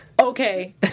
okay